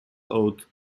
oath